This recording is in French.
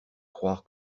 croire